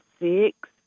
six